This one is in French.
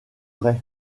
vrai